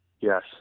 yes